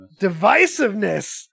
Divisiveness